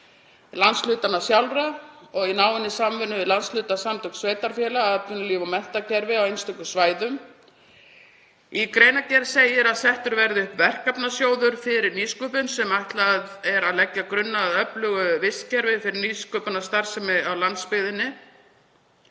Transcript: landshlutanna sjálfra og í náinni samvinnu við landshlutasamtök sveitarfélaga, atvinnulíf og menntakerfi á einstökum svæðum. Í greinargerð segir að settur verði upp verkefnasjóður fyrir nýsköpun sem ætlað er að leggja grunn að öflugu vistkerfi fyrir nýsköpunarstarfsemi á landsbyggðinni.